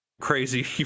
crazy